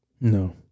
No